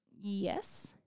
Yes